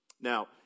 Now